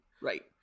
Right